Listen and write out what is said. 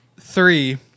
three